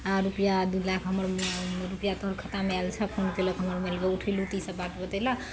आओर रूपैआ दू लाख हमर हमर रूपैआ तोहर खातामे आयल छौ फोन कयलक हम उठेलहुँ तऽ ईसब बात बतेलक